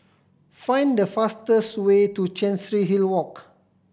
find the fastest way to Chancery Hill Walk